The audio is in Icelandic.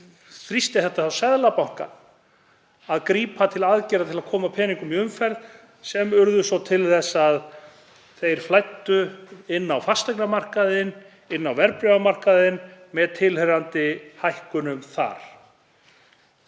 þrýsti þetta á Seðlabankann að grípa til aðgerða til að koma peningum í umferð sem urðu svo til þess að þeir flæddu inn á fasteignamarkaðinn, inn á verðbréfamarkaðinn, með tilheyrandi hækkunum þar.